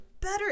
better